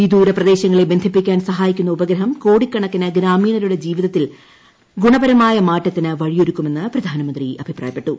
വിദൂര പ്രദേശങ്ങളെ ബന്ധിപ്പിക്കാൻ സഹായിക്കുന്ന ഉപഗ്രഹം കോടിക്കണക്കിന് ഗ്രാമീണരുടെ ജീവിതത്തിൽ ഗുണപരമായ മാറ്റത്തിന് വഴിയൊരുക്കുമെന്ന് പ്രധാനമന്ത്രി അഭിപ്രായപ്പെട്ടു